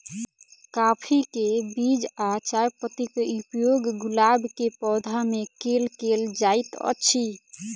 काफी केँ बीज आ चायपत्ती केँ उपयोग गुलाब केँ पौधा मे केल केल जाइत अछि?